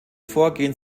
vorgehen